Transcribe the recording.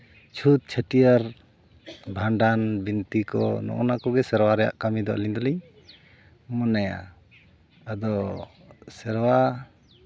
ᱪᱷᱩᱸᱛ ᱪᱷᱟᱹᱴᱭᱟᱹᱨ ᱵᱷᱟᱸᱰᱟᱱ ᱵᱤᱱᱛᱤ ᱠᱚ ᱱᱚᱜᱼᱚ ᱱᱟ ᱠᱚᱜᱮ ᱥᱮᱨᱣᱟ ᱨᱮᱭᱟᱜ ᱠᱟᱹᱢᱤᱫᱚ ᱟᱹᱞᱤᱧ ᱫᱚᱞᱤᱧ ᱢᱚᱱᱮᱭᱟ ᱟᱫᱚ ᱥᱮᱨᱣᱟ